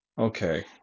Okay